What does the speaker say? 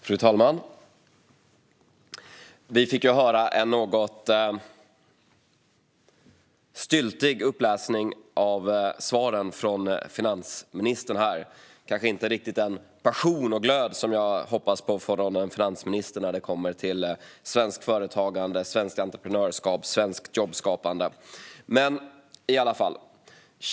Fru talman! Vi fick höra en något styltig uppläsning av svaret från finansministern - kanske inte riktigt den passion och glöd som jag hoppas på från en finansminister när det kommer till svenskt företagande, svenskt entreprenörskap och svenskt jobbskapande, men i alla fall.